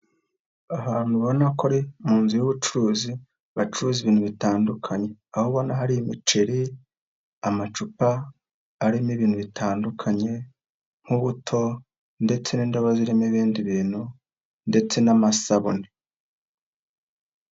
Ahantu ubona ko ari mu nzu y'ubucuruzi bacuruza ibintu bitandukanye, aho ubona hari imiceri, amacupa arimo ibintu bitandukanye nk'ubuto ndetse n'indobo zirimo ibindi bintu ndetse n'amasabune.